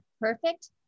Perfect